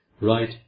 right